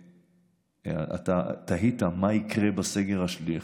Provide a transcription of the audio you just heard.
אתה תהית מה יקרה בסגר השלישי,